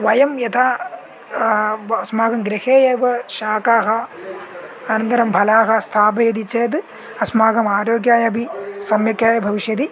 वयं यथा ब अस्माकं गृहे एव शाकाः अनन्तरं फलाः स्थापयन्ति चेद् अस्माकम् आरोग्याय अपि सम्यक् एव भविष्यति